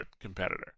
competitor